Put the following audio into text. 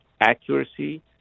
accuracy